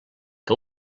que